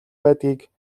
байдгийг